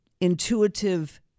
intuitive